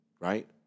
right